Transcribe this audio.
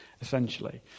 essentially